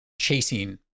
chasing